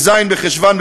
בז' בחשוון,